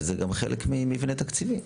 וזה גם חלק ממבנה תקציבי.